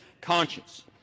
conscience